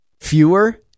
fewer